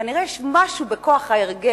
כנראה יש משהו בכוח ההרגל,